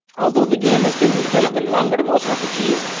although the game has been in development longer than most rpgs,